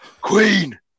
queen